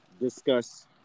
discuss